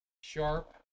Sharp